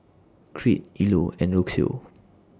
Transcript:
Crete Ilo and Rocio